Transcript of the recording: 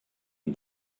and